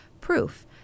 proof